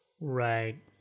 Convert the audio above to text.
Right